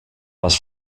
les